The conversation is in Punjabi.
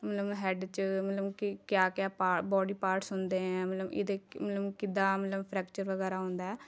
ਮਤਲਬ ਹੈੱਡ 'ਚ ਮਤਲਬ ਕਿ ਕਿਆ ਕਿਆ ਪਾ ਬੌਡੀ ਪਾਰਟਸ ਹੁੰਦੇ ਹੈ ਮਤਲਬ ਇਹਦੇ ਮਤਲਬ ਕਿੱਦਾਂ ਮਤਲਬ ਫ੍ਰੈਕਚਰ ਵਗੈਰਾ ਹੁੰਦਾ ਹੈ